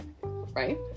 right